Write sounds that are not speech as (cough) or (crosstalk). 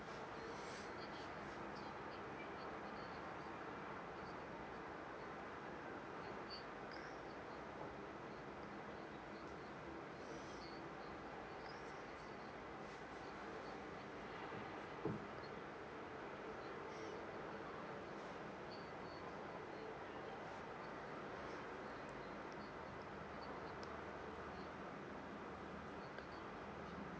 (breath) (breath)